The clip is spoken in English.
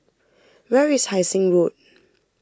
where is Hai Sing Road